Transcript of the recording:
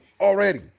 already